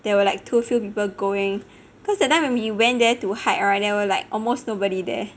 there were like too few people going cause that time when we went there to hike [right] there were like almost nobody there